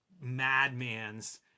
madman's